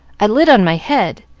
i lit on my head,